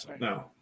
no